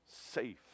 Safe